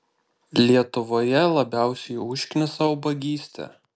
lietuvoje labiausiai užknisa ubagystė